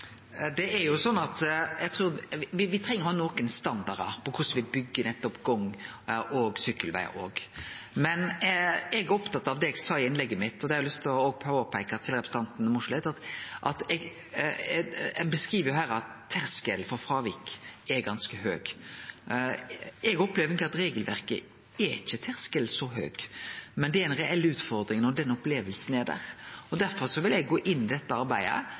Det er sånn at me treng å ha nokre standardar for korleis me byggjer nettopp gang- og sykkelvegar òg. Men eg er opptatt av det eg sa i innlegget mitt, og det har eg òg lyst til å påpeike til representanten Mossleth. Ein beskriv her at terskelen for fråvik er ganske høg. Eg opplever eigentleg at i regelverket er ikkje terskelen så høg, men det er ei reell utfordring når den opplevinga er der. Derfor vil eg gå inn i dette arbeidet